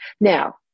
Now